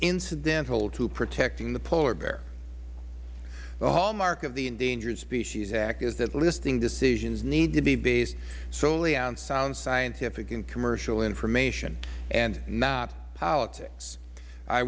incidental to protecting the polar bear the hallmark of the endangered species act is that listing decisions need to be based solely on sound scientific and commercial information and not politics i